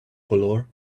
color